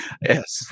Yes